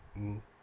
mm